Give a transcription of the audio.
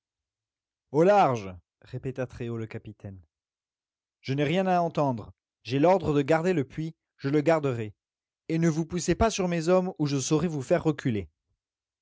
au large répéta très haut le capitaine je n'ai rien à entendre j'ai l'ordre de garder le puits je le garderai et ne vous poussez pas sur mes hommes ou je saurai vous faire reculer